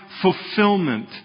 fulfillment